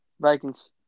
Vikings